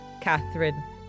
Catherine